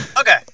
Okay